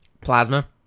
Plasma